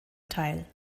teil